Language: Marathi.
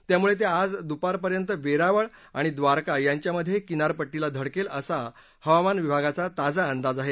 त्यामुळे ते आज दुपारपर्यंत वेरावळ आणि ड्वारका यांच्यामधे किनारपट्टीला धडकेल असा हवामान विभागाचा ताजा अंदाज आहे